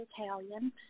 Italian